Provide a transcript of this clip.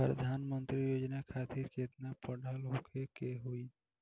प्रधानमंत्री योजना खातिर केतना पढ़ल होखे के होई?